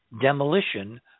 demolition